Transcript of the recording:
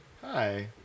Hi